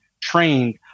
trained